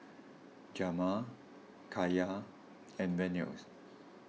Jamar Kaiya and Venus